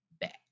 back